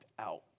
out